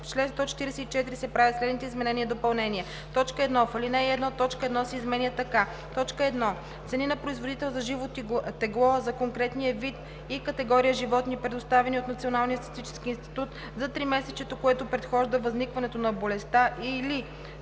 144 се правят следните изменения и допълнения: 1. В ал. 1 т. 1 се изменя така: „1. цени на производител за живо тегло за конкретния вид и категория животни, предоставени от Националния статистически институт за тримесечието, което предхожда възникването на болестта, или;“.